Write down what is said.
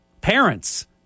Parents